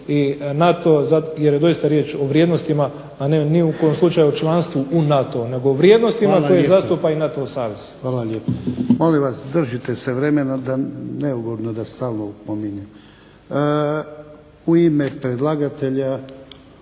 i NATO, jer je doista riječ o vrijednostima, a ne ni u kom slučaju članstvu u NATO-u, nego o vrijednostima koje zastupa i NATO savez. **Jarnjak, Ivan (HDZ)** Hvala lijepa. Molim vas, držite se vremena da, neugodno da stalno opominjem. U ime predlagatelja,